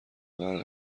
غرق